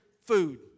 food